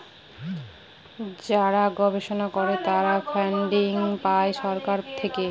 যারা গবেষণা করে তারা ফান্ডিং পাই সরকার থেকে